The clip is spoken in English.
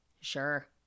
Sure